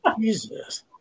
Jesus